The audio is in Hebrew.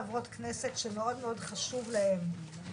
אמרו את זה חברי כנסת נוספים שהיו כאן.